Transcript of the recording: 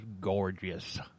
gorgeous